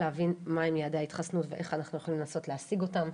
להבין מה הם יעדי ההתחסנות ואיך אנחנו יכולים לנסות להשיג אותם.